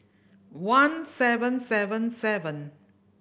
one seven seven seven